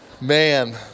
man